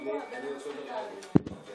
או לוועדה המיוחדת להתמודדות עם נגיף הקורונה,